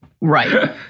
Right